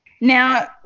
Now